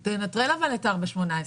אבל תנטרל את 4.18,